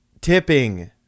Tipping